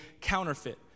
counterfeit